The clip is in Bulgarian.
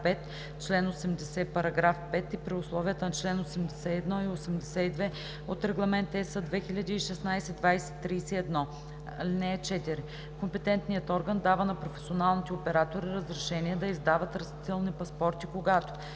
параграф 5, чл. 80, параграф 5 и при условията на чл. 81 и 82 от Регламент (ЕС) 2016/2031. (4) Компетентният орган дава на професионалните оператори разрешение да издават растителни паспорти, когато: